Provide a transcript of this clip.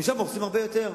ושם הורסים הרבה יותר,